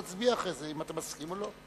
תצביע אחרי כן אם אתה מסכים או לא.